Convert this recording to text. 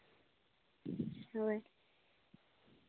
ᱦᱳᱭ